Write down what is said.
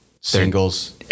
singles